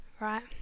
right